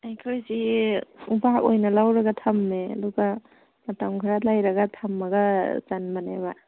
ꯑꯩꯈꯣꯏꯁꯤ ꯎꯄꯥꯛ ꯑꯣꯏꯅ ꯂꯧꯔꯒ ꯊꯝꯃꯦ ꯑꯗꯨꯒ ꯃꯇꯝ ꯈꯔ ꯂꯩꯔꯒ ꯊꯝꯃꯒ ꯆꯟꯕꯅꯦꯕ